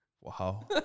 Wow